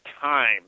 time